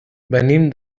venim